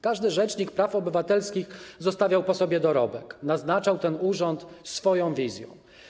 Każdy rzecznik praw obywatelskich zostawiał po sobie dorobek, naznaczał ten urząd swoją wizją.